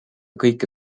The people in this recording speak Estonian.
kõike